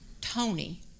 Tony